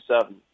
seven